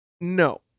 No